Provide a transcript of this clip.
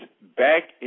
back